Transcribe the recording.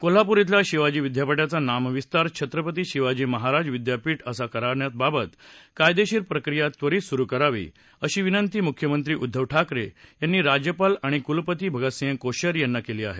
कोल्हापूर खल्या शिवाजी विद्यापीठाचा नामविस्तार छत्रपती शिवाजी महाराज विद्यापीठ असा करण्याबाबत कायदेशीर प्रक्रिया त्वरित सुरु करावी अशी विनंती मुख्यमंत्री उद्दव ठाकरे यांनी राज्यपाल आणि कूलपती भगतसिंग कोश्यारी यांना केली आहे